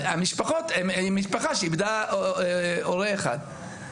אז היא משפחה שאיבדה הורה אחד.